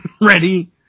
ready